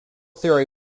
theory